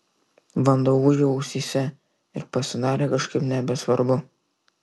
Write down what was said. vanduo ūžė ausyse ir pasidarė kažkaip nebesvarbu